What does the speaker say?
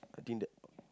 I think that